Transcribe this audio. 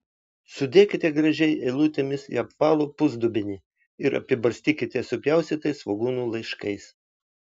sudėkite gražiai eilutėmis į apvalų pusdubenį ir apibarstykite supjaustytais svogūnų laiškais